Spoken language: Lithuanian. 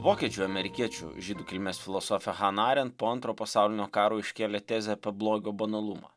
vokiečių amerikiečių žydų kilmės filosofė hana arent po antrojo pasaulinio karo iškėlė tezę apie blogio banalumą